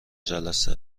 جلسه